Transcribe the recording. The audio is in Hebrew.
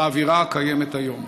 באווירה הקיימת היום?